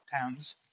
towns